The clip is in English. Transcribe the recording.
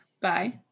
Bye